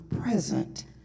present